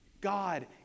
God